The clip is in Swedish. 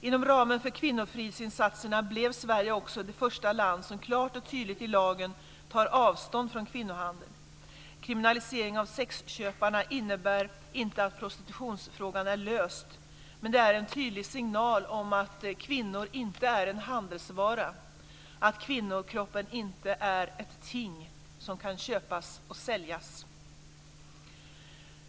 Inom ramen för kvinnofridsinsatserna blev Sverige också det första land som klart och tydligt i lagen tar avstånd från kvinnohandel. Kriminaliseringen av sexköparna innebär inte att prostitutionsfrågan är löst men det är en tydlig signal om att kvinnor inte är en handelsvara, att kvinnokroppen inte är ett ting som kan köpas och säljas.